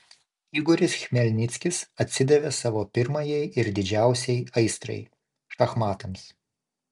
igoris chmelnickis atsidavė savo pirmajai ir didžiausiai aistrai šachmatams